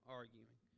arguing